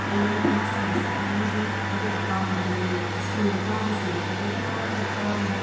ꯑꯩꯅ ꯃꯐꯝꯁꯤꯗ ꯆꯠꯅꯤꯡꯂꯤꯗꯤ ꯑꯩꯒꯤ ꯑꯄꯥꯝꯕ ꯑꯃ ꯂꯩ ꯏꯁꯅꯣ ꯇꯥꯕꯁꯦ ꯑꯩꯅ ꯌꯥꯝꯅ ꯄꯥꯝꯏ